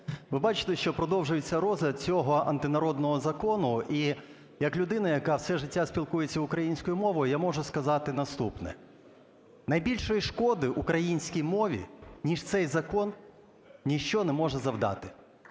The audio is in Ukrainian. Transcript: Ви бачите, що продовжується розгляд цього антинародного закону і як людина, яка все життя спілкується українською мовою, я можу сказати наступне: найбільшої шкоди українській мові ніж цей закон ніщо не може завдати.